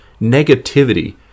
negativity